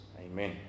Amen